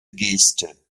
geste